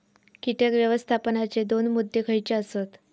कीटक व्यवस्थापनाचे दोन मुद्दे खयचे आसत?